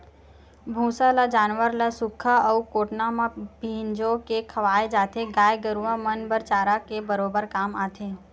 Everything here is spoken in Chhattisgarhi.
भूसा ल जानवर ल सुख्खा अउ कोटना म फिंजो के खवाय जाथे, गाय गरुवा मन बर चारा के बरोबर काम आथे